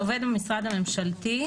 "עובד המשרד הממשלתי,